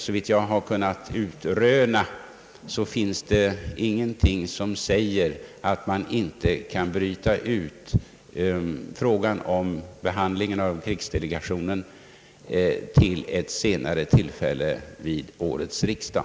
Såvitt jag har kunnat utröna finns det ingenting som säger att man inte kan bryta ut frågan om krigsdelegationen för behandling vid ett senare tillfälle under årets riksdag.